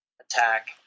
attack